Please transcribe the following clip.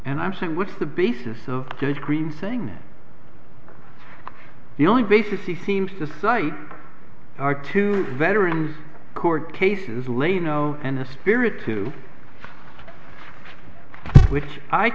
and i'm saying what's the basis of judge green saying that the only basis he seems to cite are two veterans court cases les know and the spirit to which i